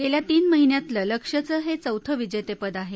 गेल्या तीन महिन्यातलं लक्ष्यचं हे चौथं विजेतं पद आहे